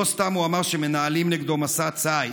לא סתם הוא אמר שמנהלים נגדו מסע ציד.